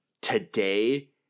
today